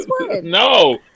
no